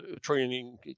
training